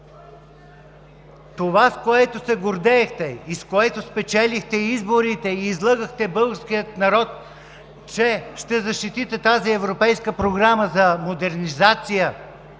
Това, с което се гордеете, с което спечелихте изборите и излъгахте българския народ, че ще защитите тази европейска програма за модернизация